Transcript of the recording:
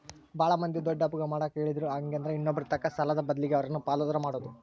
ಬಾಳ ಮಂದಿ ದೊಡ್ಡಪ್ಪಗ ಮಾಡಕ ಹೇಳಿದ್ರು ಹಾಗೆಂದ್ರ ಇನ್ನೊಬ್ಬರತಕ ಸಾಲದ ಬದ್ಲಗೆ ಅವರನ್ನ ಪಾಲುದಾರ ಮಾಡೊದು